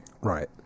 right